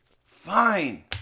fine